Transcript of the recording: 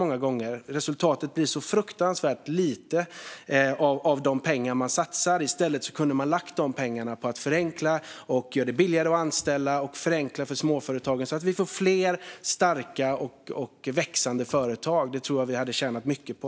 Det blir så fruktansvärt lite resultat av de pengar man satsar. I stället skulle man ha kunnat lägga de pengarna på att förenkla och göra det billigare att anställa och att förenkla för småföretagen så att vi får fler, starka och växande företag. Det tror jag att vi hade tjänat mycket på.